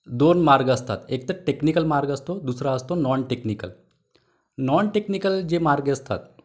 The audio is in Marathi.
दोन मार्ग असतात एक तर टेक्निकल मार्ग असतो दुसरा असतो नॉनटेक्निकल नॉनटेक्निकल जे मार्ग असतात